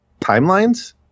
timelines